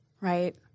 right